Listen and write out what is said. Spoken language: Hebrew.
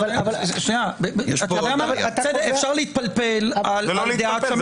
אדוני --- אפשר להתפלפל --- זה לא להתפלפל,